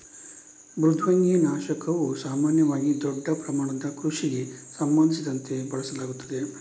ಮೃದ್ವಂಗಿ ನಾಶಕವು ಸಾಮಾನ್ಯವಾಗಿ ದೊಡ್ಡ ಪ್ರಮಾಣದ ಕೃಷಿಗೆ ಸಂಬಂಧಿಸಿದಂತೆ ಬಳಸಲಾಗುತ್ತದೆ